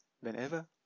whenever